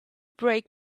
break